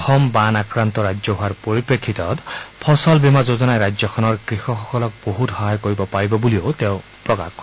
অসম বান আক্ৰন্ত ৰাজ্য হোৱাৰ পৰিপ্ৰেক্ষিতত ফচল বীমা যোজনাই ৰাজ্যখনৰ কৃষকসকলক বহুত সহায় কৰিব পাৰিব বুলিও তেওঁ প্ৰকাশ কৰে